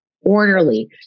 orderly